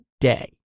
day